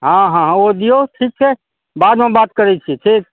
हँ हँ ओ दिऔ ठीक छै बादमे बात करैत छी ठीक